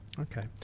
Okay